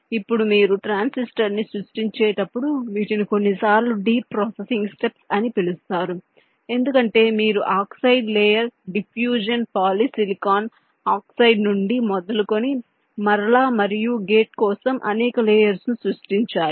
ఇప్పుడు మీరు ట్రాన్సిస్టర్ ని సృష్టించేటప్పుడు వీటిని కొన్నిసార్లు డీప్ ప్రాసెసింగ్ స్టెప్స్ అని పిలుస్తారు ఎందుకంటే మీరు oxide layer diffusion polysilicon oxide నుండి మొదలుకొని మరలా మరియు గేట్ కోసం అనేక లేయర్స్ ను సృష్టించాలి